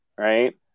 Right